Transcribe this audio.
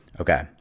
Okay